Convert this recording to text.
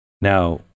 Now